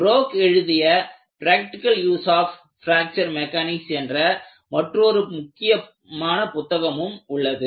Broek எழுதிய "practical use of fracture mechanics" என்ற மற்றொரு முக்கியமான புத்தகமும் உள்ளது